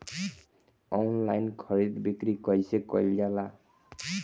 Online खरीद बिक्री कइसे कइल जाला?